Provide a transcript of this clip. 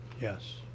Yes